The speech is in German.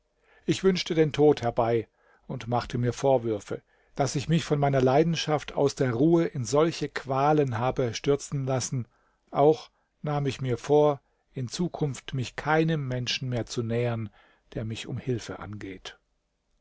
ich wünschte den tod herbei und machte mir vorwürfe daß ich mich von meiner leidenschaft aus der ruhe in solche qualen habe stürzen lassen auch nahm ich mir vor in zukunft mich keinem menschen mehr zu nähern der mich um hilfe angeht